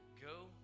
Go